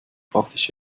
praktisch